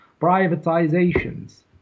Privatizations